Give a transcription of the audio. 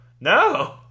No